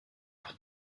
pour